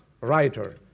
writer